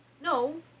No